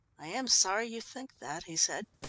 i am sorry you think that, he said.